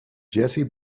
jessie